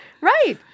Right